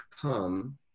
come